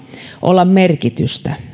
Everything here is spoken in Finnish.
olla merkitystä